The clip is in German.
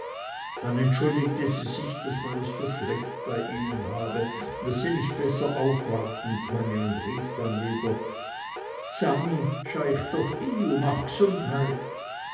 dann entschuldigte sie sich daß man es so schlecht bei ihnen habe daß sie nicht besser aufwarten könne und rief dann wieder sami schäych doch y u mach g'sundheit